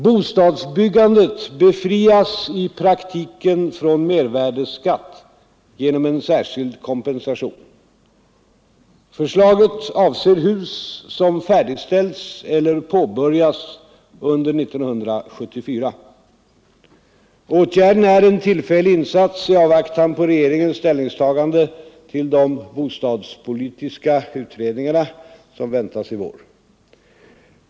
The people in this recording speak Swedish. Bostadsbyggandet befrias i praktiken från mervärdeskatt genom en särskild kompensation. Förslaget avser hus som färdigställs eller påbörjas under 1974. Åtgärden är en tillfällig insats i avvaktan på regeringens ställningstagande till de bostadspolitiska utredningarna, som väntas i vår.